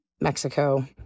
Mexico